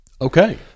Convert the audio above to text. Okay